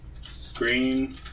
screen